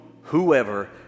whoever